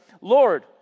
Lord